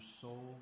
soul